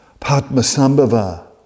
Padmasambhava